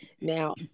Now